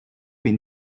been